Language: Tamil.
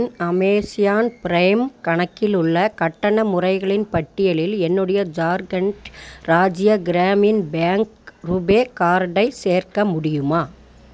என் அமேஸியான் ப்ரைம் கணக்கில் உள்ள கட்டண முறைகளின் பட்டியலில் என்னுடைய ஜார்க்கண்ட் ராஜ்ய கிராமின் பேங்க் ரூபே கார்டை சேர்க்க முடியுமா